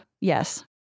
Yes